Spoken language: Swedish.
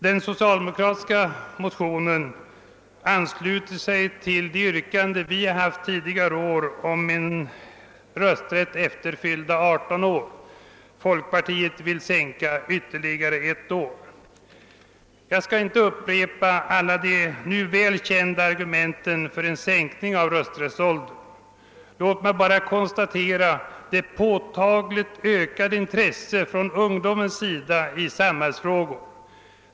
Den socialdemokratiska motionen ansluter sig till våra tidigare yrkanden om rösträtt efter fyllda 18 år. Folkpartiet vill sänka rösträttsåldern ytterligare ett år. Jag skall inte upprepa alla de välkända argumenten för en sänkning av rösträttsåldern. Låt mig bara konstatera det påtagligt ökade intresset för samhällsfrågor från ungdomens sida.